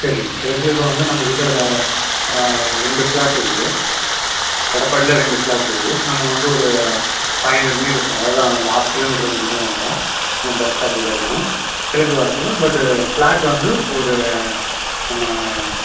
சரி கெழக்குல இப்போ வந்து நம்மக்கிட்ட ஒரு ரெண்டு ஃப்ளாட் இருக்குது எடப்பாடியில் ரெண்டு ஃப்ளாட் இருக்குது நமக்கு வந்து ஒரு ஃபைவ் ஹண்ட்ரட் மீட்டர்ஸ் அவ்வளோ தான் அந்த ஆஃப் கிலோ மீட்டர் ரேஞ்சில் தான் வரும் உங்கள் பஸ் ஸ்டாப்புக்கும் அதுக்கும் கிழக்கு வாசல் பட்டு ஃப்ளாட் வந்து ஒரு நம்ம